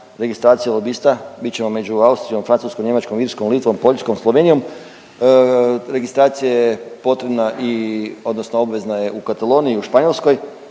registracija lobista, bit ćemo među Austrijom, Francuskom, Njemačkom, Irskom, Litvom, Poljskom, Slovenijom. Registracija je potrebna odnosno obavezna je u Kataloniji i u Španjolskoj,